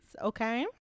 Okay